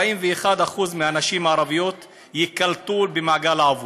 41% מהנשים הערביות ייקלטו במעגל העבודה,